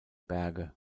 berge